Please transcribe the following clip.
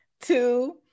two